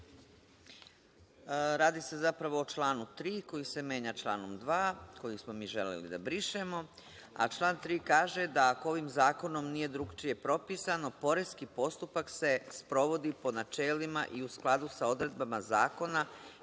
Radi se zapravo o članu 3. koji se menja članom 2. koji smo mi želeli da brišemo, a član 3. kaže da, ako ovim zakonom nije drukčije propisano, poreski postupak se sprovodi po načelima i u skladu sa odredbama zakona